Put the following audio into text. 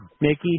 Mickey